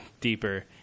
deeper